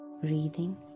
breathing